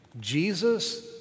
Jesus